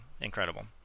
incredible